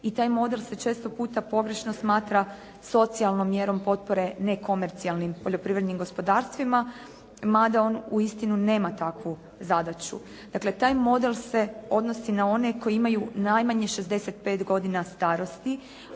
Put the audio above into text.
i taj model se često puta pogrešno smatra socijalnom mjerom potpore nekomercijalnim poljoprivrednim gospodarstvima, ma da on uistinu nema takvu zadaću. Dakle, taj model se odnosi na one koji imaju najmanje 65 godina starosti,